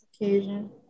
occasion